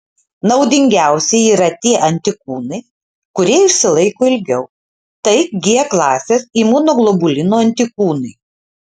naudingiausi yra tie antikūnai kurie išsilaiko ilgiau tai g klasės imunoglobulino antikūnai